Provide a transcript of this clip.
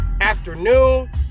afternoon